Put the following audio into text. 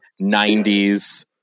90s